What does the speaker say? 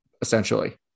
Essentially